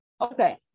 Okay